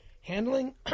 handling